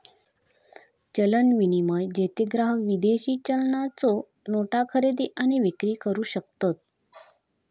चलन विनिमय, जेथे ग्राहक विदेशी चलनाच्यो नोटा खरेदी आणि विक्री करू शकतत